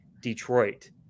Detroit